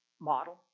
Model